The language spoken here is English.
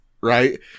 right